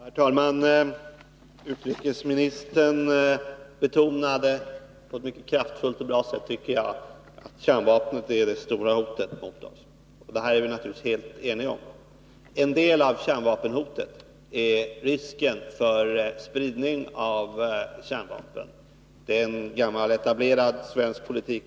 Herr talman! Utrikesministern betonade på ett mycket kraftfullt och bra sätt att kärnvapnen är det stora hotet. Det är vi naturligtvis helt eniga om. Risken för spridning av kärnvapen är en del av kärnvapenhotet — det är gammal etablerad svensk politik.